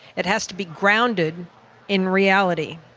it has to be grounded in reality.